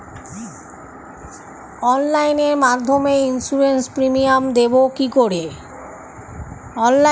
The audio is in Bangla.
অনলাইনে মধ্যে ইন্সুরেন্স প্রিমিয়াম দেবো কি করে?